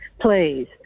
please